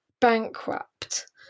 bankrupt